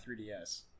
3DS